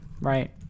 right